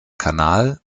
kanal